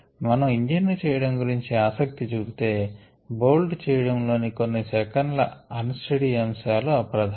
మనం ఇంజను చేయడం గురించి ఆసక్తి చూపితే బోల్ట్ చేయడం లోని కొన్ని సెకన్ల అన్ స్టెడీ అంశాలు అప్రధానం